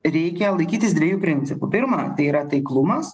reikia laikytis dviejų principų pirma tai yra taiklumas